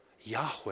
Yahweh